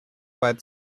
weit